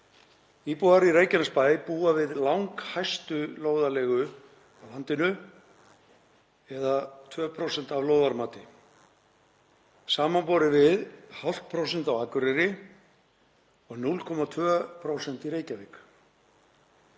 „Íbúar í Reykjanesbæ búa við langhæstu lóðarleigu á landinu eða 2% af lóðarmati, samanborið við 0,5% á Akureyri og 0,2% í Reykjavík.